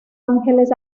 ángeles